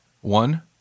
One